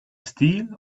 steel